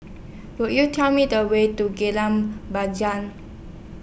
Could YOU Tell Me The Way to Jalan Bunga